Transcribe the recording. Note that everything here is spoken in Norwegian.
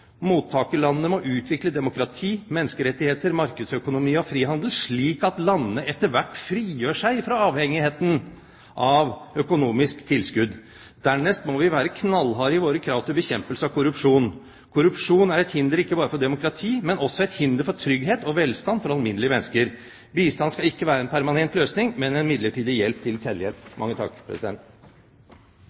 må utvikle demokrati, menneskerettigheter, markedsøkonomi og frihandel, slik at landene etter hvert frigjør seg fra avhengigheten av økonomiske tilskudd. Dernest må vi være knallharde i våre krav til bekjempelse av korrupsjon. Korrupsjon er et hinder ikke bare for et demokrati, men også et hinder for trygghet og velstand for alminnelige mennesker. Bistand skal ikke være en permanent løsning, men en midlertidig hjelp til